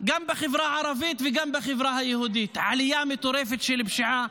גם בחברה הערבית וגם בחברה היהודית עלייה מטורפת של פשיעה